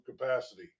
capacity